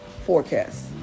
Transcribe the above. forecast